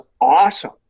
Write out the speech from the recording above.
awesome